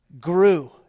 grew